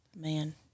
man